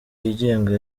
yigenga